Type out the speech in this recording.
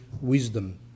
Wisdom